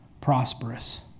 prosperous